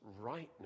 rightness